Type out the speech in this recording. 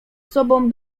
sobą